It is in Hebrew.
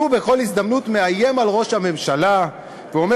שהוא בכל הזדמנות מאיים על ראש הממשלה ואומר